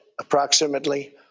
approximately